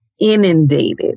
inundated